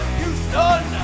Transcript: Houston